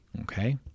okay